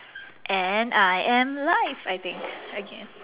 and I am alive I think again